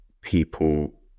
people